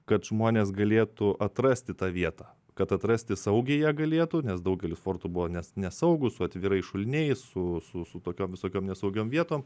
kad žmonės galėtų atrasti tą vietą kad atrasti saugiai ją galėtų nes daugelis fortų buvo nes nesaugūs su atvirais šuliniais su su su tokiom visokiom nesaugiom vietom